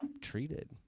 treated